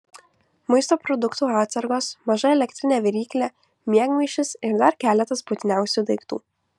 maisto produktų atsargos maža elektrinė viryklė miegmaišis ir dar keletas būtiniausių daiktų